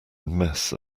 mess